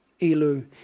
Elu